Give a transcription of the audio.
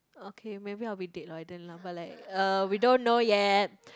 okay maybe I will be dead by then lah but like uh we don't know yet